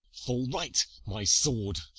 fall right, my sword